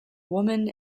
women